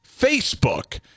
Facebook